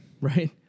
Right